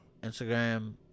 Instagram